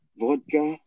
vodka